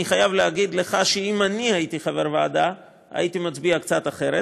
אני חייב להגיד לך שאם אני הייתי חבר ועדה הייתי מצביע קצת אחרת,